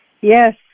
Yes